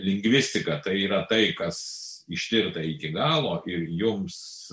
lingvistika tai yra tai kas ištirta iki galo ir jums